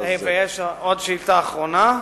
ויש עוד שאילתא אחרונה.